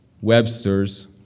Websters